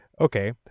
Okay